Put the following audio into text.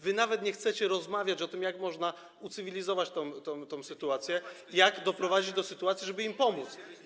Wy nawet nie chcecie rozmawiać o tym, jak można ucywilizować tę sytuację, jak doprowadzić do sytuacji, żeby im pomóc.